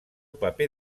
paper